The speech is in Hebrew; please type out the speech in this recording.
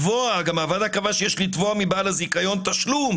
הוועדה קבעה שיש לתבוע מבעל הזיכיון תשלום